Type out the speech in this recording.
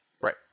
Right